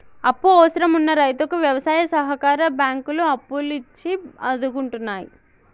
అప్పు అవసరం వున్న రైతుకు వ్యవసాయ సహకార బ్యాంకులు అప్పులు ఇచ్చి ఆదుకుంటున్నాయి